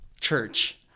church